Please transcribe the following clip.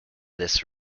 this